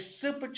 super